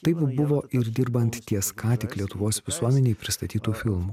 taip buvo ir dirbant ties ką tik lietuvos visuomenei pristatytu filmu